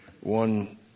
one